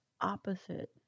opposite